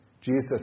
Jesus